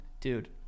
Dude